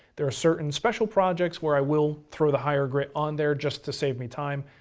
there are certain special projects where i will throw the higher grit on there just to save me time,